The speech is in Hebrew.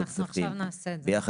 כן, אנחנו נעשה את זה עכשיו.